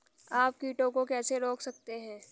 आप कीटों को कैसे रोक सकते हैं?